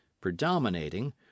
predominating